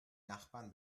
nachbarn